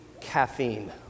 caffeine